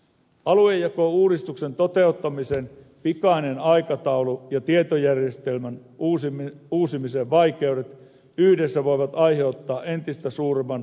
aluejakouudistuksen toteuttamisen pikainen aikataulu ja tietojärjestelmän uusimisen vaikeudet yhdessä voivat aiheuttaa entistä suuremman uhan turvallisuudelle